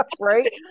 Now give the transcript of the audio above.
right